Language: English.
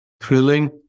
thrilling